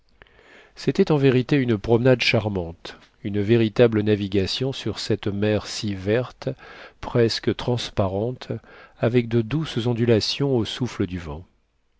c'était en vérité une promenade charmante une véritable navigation sur cette mer si verte presque transparente avec de douces ondulations au souffle du vent